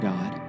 God